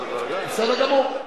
בוא ניתן לממשלה